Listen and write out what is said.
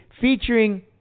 featuring